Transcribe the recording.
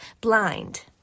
blind